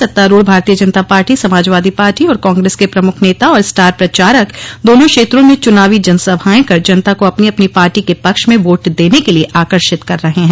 सत्तारूढ़ भारतीय जनता पार्टी समाजवादी पार्टी और कांग्रेस के प्रमुख नेता और स्टार प्रचारक दोनों क्षेत्रों में चुनावी जनसभाएं कर जनता को अपनी अपनी पार्टी के पक्ष में वोट देने के लिए आकर्षित कर रहे हैं